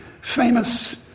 famous